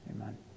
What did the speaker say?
Amen